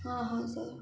हाँ हाँ सर